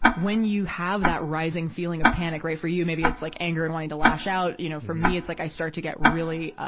when you have that rising feeling of panic, right for you maybe it's, like, anger and wanting to lash out, you know. for me, it's like i start to get really, ah,